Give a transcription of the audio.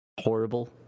horrible